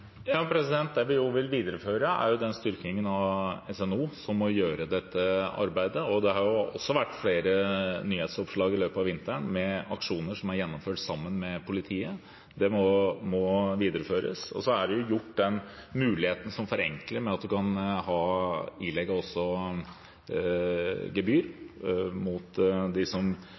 Vi vil videreføre styrkingen av SNO, som må gjøre dette arbeidet. Det har vært flere nyhetsoppslag i løpet av vinteren med aksjoner som er gjennomført sammen med politiet. Det må videreføres. Så har man den muligheten som forenkler dette, ved at man kan ilegge gebyr. Og så tror jeg vi må vente på den evalueringen som